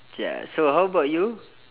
ya so how about you